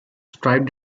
stripe